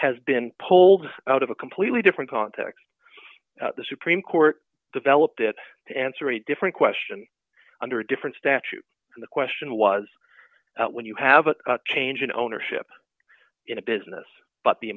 has been pulled out of a completely different context the supreme court developed that answer a different question under a different statute and the question was when you have a change in ownership in a business but the